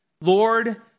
Lord